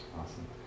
Awesome